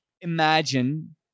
imagine